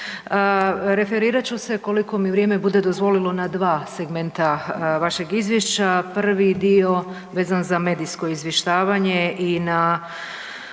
Referirat ću se koliko mi vrijeme bude dozvolilo na dva segmenta vašeg Izvješća, prvi dio vezan za medijsko izvještavanje i na